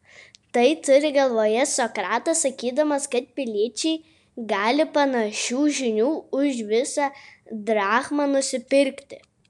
tai turi galvoje sokratas sakydamas kad piliečiai gali panašių žinių už visą drachmą nusipirkti